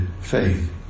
faith